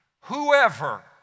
whoever